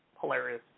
Hilarious